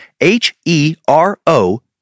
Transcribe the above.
H-E-R-O